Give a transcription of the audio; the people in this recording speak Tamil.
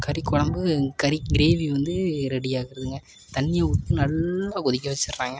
கறிக்கொழம்பு கறி க்ரேவி வந்து ரெடி ஆகிருதுங்க தண்ணியை ஊற்றி நல்லா கொதிக்க வச்சுர்றாங்க